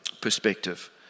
perspective